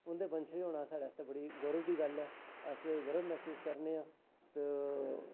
उं'दे वंशज होना साढ़े आस्तै बड़ी गौह् दी गल्ल ऐ अस गौह् मसूस करने आं ते